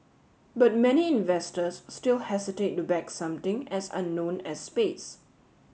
but many investors still hesitate to back something as unknown as space